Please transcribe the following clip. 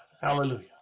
Hallelujah